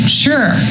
sure